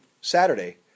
Saturday